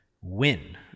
win